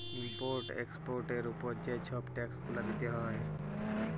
import এক্সপর্টের উপরে যে ছব ট্যাক্স গুলা দিতে হ্যয়